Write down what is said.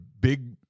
big